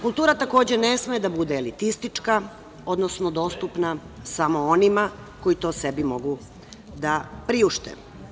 Kultura takođe ne sme da bude elitistička, odnosno dostupna samo onima koji to sebi mogu da priušte.